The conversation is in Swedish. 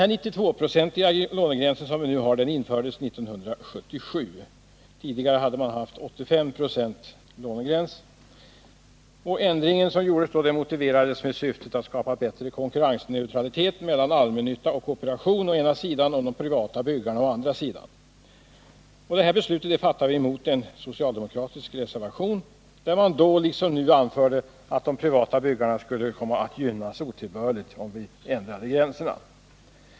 Den 92-procentiga lånegränsen infördes 1977 — tidigare hade den varit 85-procentig. Ändringen motiverades av syftet att skapa bättre konkurrensneutralitet mellan allmännytta och kooperation å ena sidan och privata byggare å andra sidan. Beslutet fattades mot en socialdemokratisk reservation, där man då liksom nu anförde att de privata byggarna skulle gynnas otillbörligt.